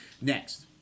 next